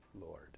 Lord